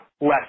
less